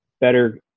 better